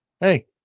hey